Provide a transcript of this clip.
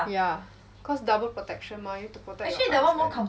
yeah cause double protection mah need to protect your eyes and your